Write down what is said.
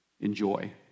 Enjoy